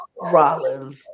Rollins